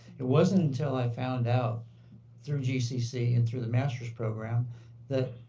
it wasn't until i found out through gcc and through the master's program that